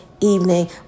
evening